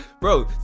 bro